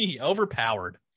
overpowered